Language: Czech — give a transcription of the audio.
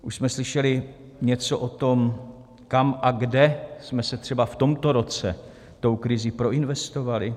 Už jsme slyšeli něco o tom, kam a kde jsme se třeba v tomto roce tou krizí proinvestovali?